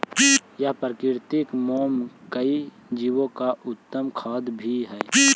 यह प्राकृतिक मोम कई जीवो का उत्तम खाद्य भी हई